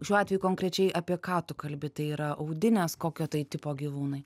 šiuo atveju konkrečiai apie ką tu kalbi tai yra audinės kokio tai tipo gyvūnai